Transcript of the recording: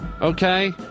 okay